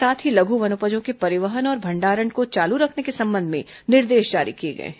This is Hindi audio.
साथ ही लघु वनोपजों के परिवहन और भंडारण को चालू रखने के संबंध में निर्देश जारी किए गए हैं